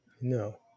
No